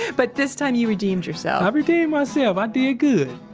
but this time you redeemed yourself i redeemed myself! i did good